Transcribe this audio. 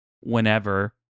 whenever